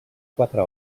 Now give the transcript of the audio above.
quatre